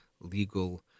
legal